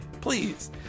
please